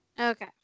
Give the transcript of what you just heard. Okay